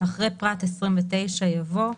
אחרי פרט 29 יבוא: